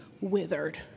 withered